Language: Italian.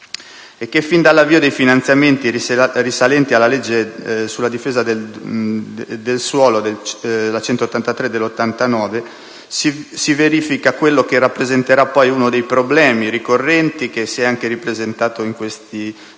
e che fin dall'avvio dei finanziamenti risalenti alla legge n. 183 del 1989 sulla difesa del suolo si è verificato quello che rappresenterà poi uno dei problemi ricorrenti, che si è anche ripresentato in questi mesi: